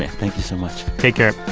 thank you so much take care